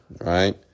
right